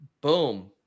Boom